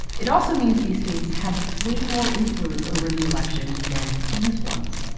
it also means these states have way more influence over the election than these ones.